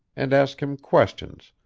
and ask him questions,